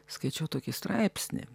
skaičiau tokį straipsnį